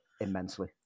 immensely